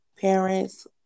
parents